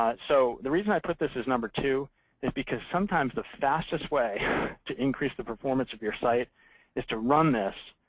ah so the reason i put this as number two is because sometimes the fastest way to increase the performance of your site is to run this.